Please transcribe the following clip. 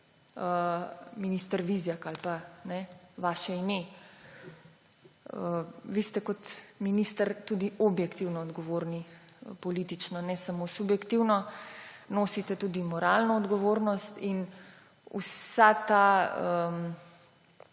minister Vizjak, vaše ime. Vi ste kot minister tudi objektivno politično odgovorni, ne samo subjektivno. Nosite tudi moralno odgovornost. Vsa ta